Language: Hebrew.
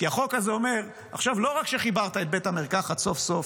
כי החוק הזה אומר: עכשיו לא רק שחיברת את בית המרקחת סוף-סוף,